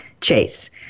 Chase